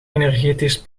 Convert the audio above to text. energetisch